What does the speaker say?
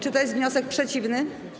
Czy to jest wniosek przeciwny?